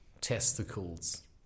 testicles